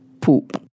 POOP